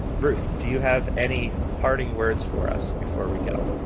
ruth, do you have any parting words for us before we go?